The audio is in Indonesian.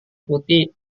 putih